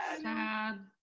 sad